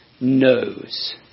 knows